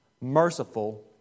merciful